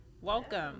Welcome